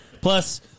Plus